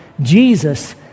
Jesus